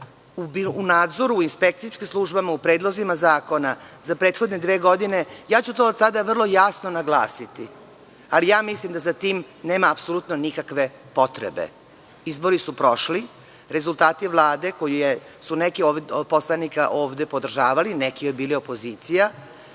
u nadzoru, u inspekcijskim službama, u predlozima zakona za prethodne dve godine, to ću od sada vrlo jasno naglasiti, ali mislim da za tim nema apsolutno nikakve potrebe. Izbori su prošli. Rezultati Vlade, koje su neki ovde od poslanika podržavali, neki bili opozicija,